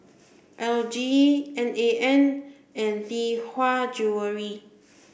L G N A N and Lee Hwa Jewellery